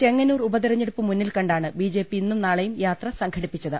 ചെങ്ങന്നൂർ ഉപതെരഞ്ഞെടുപ്പ് മുന്നിൽക്കണ്ടാണ് ബിജെപി ഇന്നും നാളെയും യാത്ര സംഘടിപ്പിച്ചത്